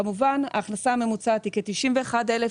כמובן; ההכנסה הממוצעת שלהם היא כ-91,000 ₪,